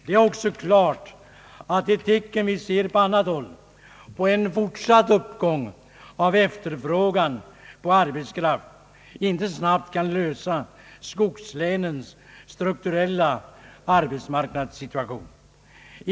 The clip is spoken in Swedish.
Det är också klart att de tecken vi ser på annat håll på en fortsatt uppgång av efterfrågan på arbetskraft inte snabbt kan lösa skogslänens strukturella arbetsmarknadssituation.